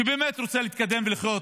שרוצה להתקדם ולחיות